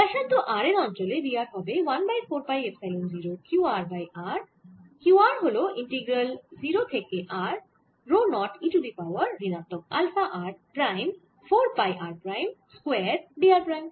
ব্যাসার্ধ r এর অঞ্চলে v r হবে 1 by 4 pi epsilon 0 q r by r q r হল ইন্টিগ্রাল 0 থেকে r rho 0 e to the power ঋণাত্মক alpha r prime 4 pi r prime square d r prime